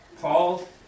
Paul